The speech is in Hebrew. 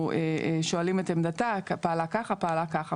אנחנו שואלים את עמדתה, פעלה ככה, פעלה ככה.